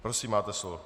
Prosím, máte slovo.